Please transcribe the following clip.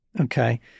Okay